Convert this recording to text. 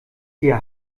hier